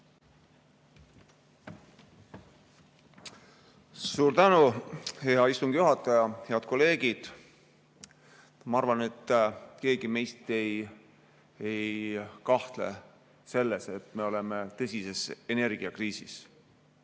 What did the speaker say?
Suur tänu, hea istungi juhataja! Head kolleegid! Ma arvan, et keegi meist ei kahtle selles, et me oleme tõsises energiakriisis.